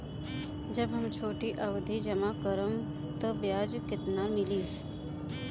जब हम छोटी अवधि जमा करम त ब्याज केतना मिली?